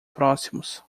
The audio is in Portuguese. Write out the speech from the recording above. próximos